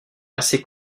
assez